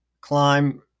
climb